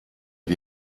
die